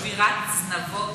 שבירת זנבות?